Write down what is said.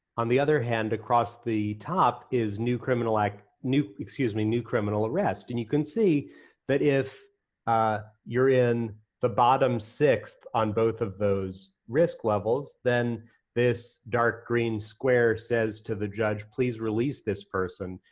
on the other hand, across the top is new criminal, like excuse me, new criminal arrest. and you can see that if you're in the bottom sixth on both of those risk levels, then this dark green square says to the judge, please release this person.